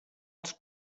els